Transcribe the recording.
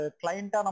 client